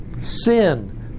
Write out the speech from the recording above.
sin